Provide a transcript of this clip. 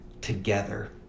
together